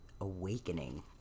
awakening